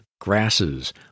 grasses